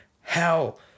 hell